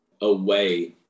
away